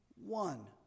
One